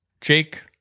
Jake